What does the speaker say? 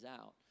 out